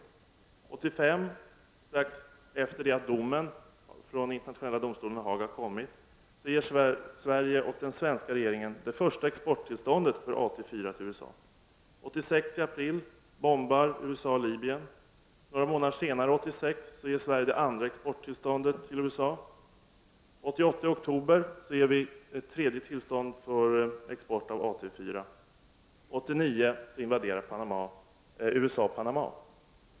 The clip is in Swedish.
1985 — strax efter det att domen från internationella domstolen i Haag har kommit — ger Sverige och den svenska regeringen det första exporttillståndet för AT4 till USA. I april 1986 bombar USA Libyen. Några månader senare 1986 ger Sverige det andra exporttillståndet till USA. I oktober 1988 ger Sverige ett tredje tillstånd för export av AT4.